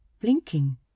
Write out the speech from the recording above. blinking